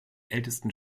ältesten